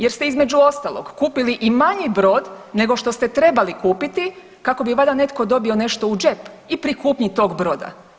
Jer ste između ostalog kupili i manji brod nego što ste trebali kupiti kako bi valjda netko dobio nešto u džep i pri kupnju tog broda.